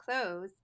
clothes